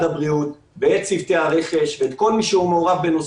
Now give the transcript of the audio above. הבריאות ואת צוותי הרכש ואת כל מי שמעורב בנושא